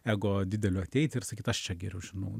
ego dideliu ateit ir sakyt aš čia geriau žinau